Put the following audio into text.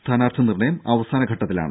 സ്ഥാനാർത്ഥി നിർണയം അവസാനഘട്ടത്തിലാണ്